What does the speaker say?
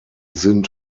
sind